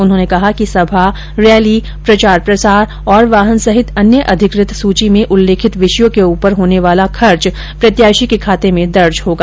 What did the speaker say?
उन्होंने कहा कि सभा रैली प्रचार प्रसार वाहन सहित अन्य अधिकृत सूची में उल्लेखित विषयों के ऊपर होने वाला व्यय प्रत्याशी के खाते में दर्ज होगा